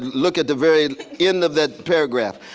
look at the very end of that paragraph.